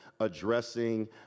addressing